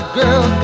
girl